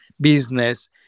business